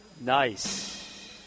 Nice